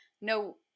No